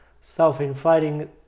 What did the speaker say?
self-inflating